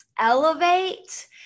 elevate